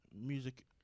music